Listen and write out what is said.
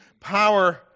power